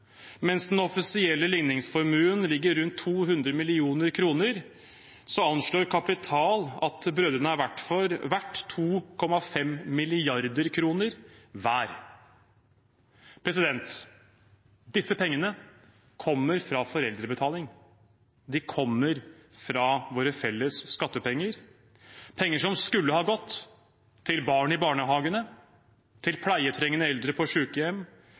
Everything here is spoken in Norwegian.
Mens den offisielle ligningsformuen ligger rundt 200 mill. kr, anslår Kapital at brødrene har verdier for 2,5 mrd. kr hver. Disse pengene kommer fra foreldrebetaling, de kommer fra våre felles skattepenger – penger som skulle ha gått til barn i barnehagene, til pleietrengende eldre på